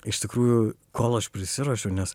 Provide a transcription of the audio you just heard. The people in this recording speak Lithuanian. iš tikrųjų kol aš prisiruošiau nes